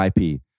IP